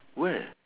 where